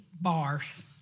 Bars